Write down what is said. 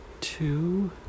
two